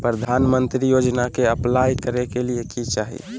प्रधानमंत्री योजना में अप्लाई करें ले की चाही?